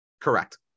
Correct